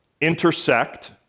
intersect